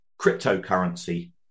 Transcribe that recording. Cryptocurrency